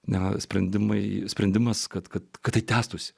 net sprendimai sprendimas kad kad tai tęstųsi